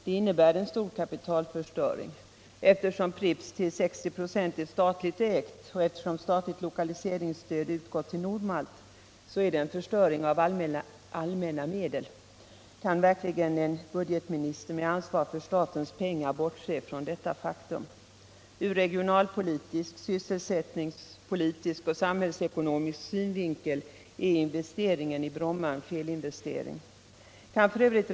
Det innebär en stor kapitalförstöring. Eftersom Pripps till 60 96 är statligt ägt och eftersom statligt lokaliseringsstöd utgått till Nordmalt är det en förstöring av allmänna medel. Kan verkligen en budgetminister med ansvar för statens pengar bortse från detta faktum? Ur regionalpolitisk, sysselsättningspolitisk, företagsoch samhällsekonomisk synvinkel är investeringen i Bromma en felinvestering. Kan f.ö.